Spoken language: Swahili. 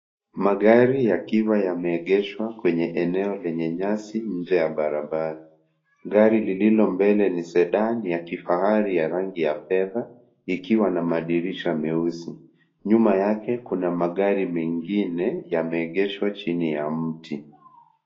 Magari yakiwa yameegeshwa kwenye eneo lenye nyasi nje ya barabara. Gari lililo mbele ni Sedan ya kifahari ya rangi ya fedha, ikiwa na madirisha meusi. Nyuma yake, kuna magari mengine yameegeshwa chini ya mti.